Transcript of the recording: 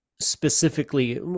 specifically